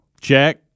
Check